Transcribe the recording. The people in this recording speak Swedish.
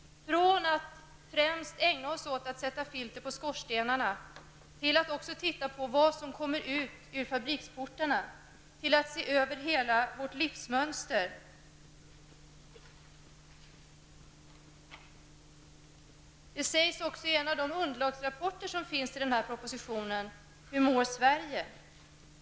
Vi har gått från att främst ägna oss åt att sätta filter på skorstenarna till att också titta på vad som kommer ut ur fabriksportarna och se över hela vårt livsmönster. Det sägs också i en av de underlagsrapporter som finns till denna proposition -- Hur mår Sverige?